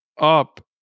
up